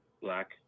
Black